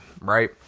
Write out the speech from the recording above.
right